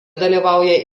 dalyvauja